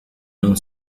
non